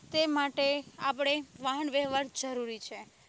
તે માટે આપણે વાહન વ્યવહાર જરૂરી છે